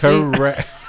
Correct